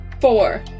Four